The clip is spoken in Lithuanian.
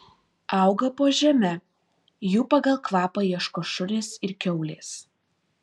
auga po žeme jų pagal kvapą ieško šunys ir kiaulės